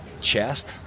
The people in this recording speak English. chest